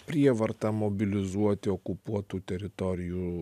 prievarta mobilizuoti okupuotų teritorijų